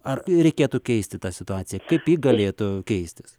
ar reikėtų keisti tą situaciją kaip ji galėtų keistis